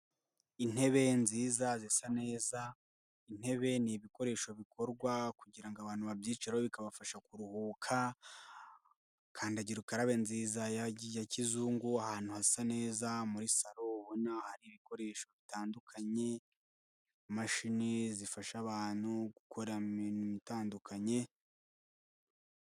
Intebe nziza zisa neza, intebe ni ibikoresho bikorwa kugira abantu babyicreho bikabafasha kuruhuka, kandagira ukarabe nziza ya kizungu, ahantu hasa neza muri salo ubona hari ibikoresho bitandukanye, imashini zifasha abantu gukora imirimo itandukanye.